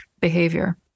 behavior